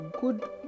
good